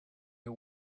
you